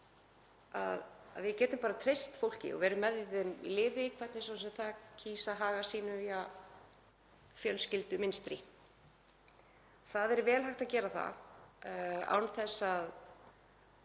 að geta treyst fólki og verið með því í liði hvernig svo sem það kýs að haga sínu fjölskyldumynstri. Það er vel hægt að gera það án þess að